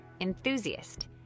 enthusiast